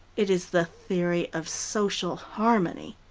it is the theory of social harmony.